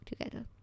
together